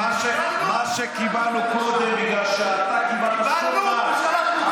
מה שקיבלנו קודם בגלל שאתה קיבלת שוחד,